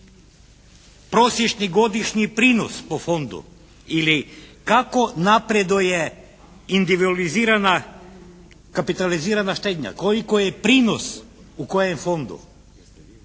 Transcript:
prosječni godišnji prinos po fondu ili kako napreduje individualizirana kapitalizirana štednja? Koliko je prinos u kojem fondu?